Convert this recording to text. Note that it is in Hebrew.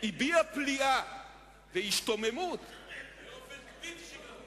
הביע פליאה והשתוממות, באופן בלתי שגרתי.